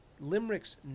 Limerick's